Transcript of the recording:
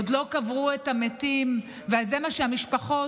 עוד לא קברו את המתים וזה מה שהמשפחות